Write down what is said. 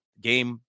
game